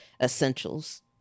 essentials